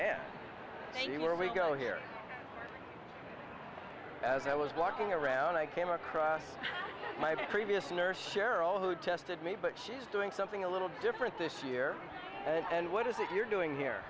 you were we go here as i was walking around i came across my previous nurse cheryl who tested me but she's doing something a little different this year and what is it you're doing here